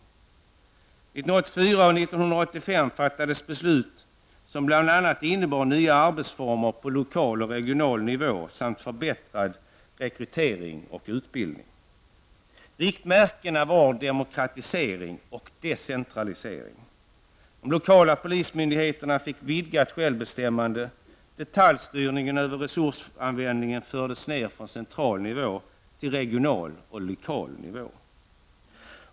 Åren 1984 och 1985 fattades beslut som bl.a. innebar nya arbetsformer på lokal och regional nivå samt förbättrad rekrytering och utbildning. Riktmärkena var demokratisering och decentralisering. De lokala polismyndigheterna fick vidgat självbestämmande, och detaljstyrningen över resursanvändningen fördes ner från central nivå till regional och lokal nivå.